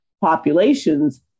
populations